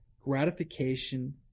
Gratification